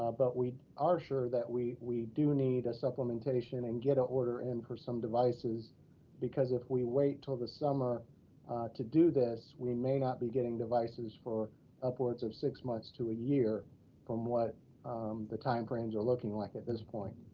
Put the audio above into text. ah but we are sure that we we do need a supplementation and get our ah order in for some devices because if we wait till the summer to do this, we may not be getting devices for upwards of six months to a year from what the timeframes are looking like at this point.